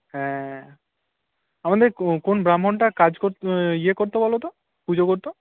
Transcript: হ্যাঁ আমাদের কোন ব্রাহ্মণটা কাজ করত ইয়ে করত বলো তো পুজো করত